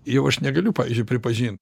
jau aš negaliu pavyzdžiui pripažint